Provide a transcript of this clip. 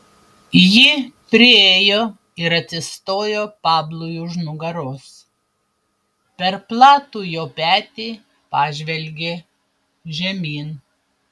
ji priėjo ir atsistojo pablui už nugaros per platų jo petį pažvelgė žemyn